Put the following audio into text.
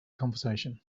conversation